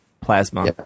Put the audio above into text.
Plasma